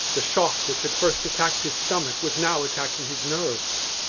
the shock which had first attacked his stomach was now attacking his nerves.